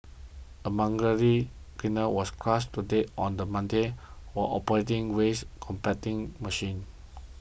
a cleaner was crushed to death on the Monday while operating waste compacting machine